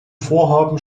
vorhaben